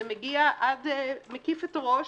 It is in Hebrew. זה מקיף את הראש,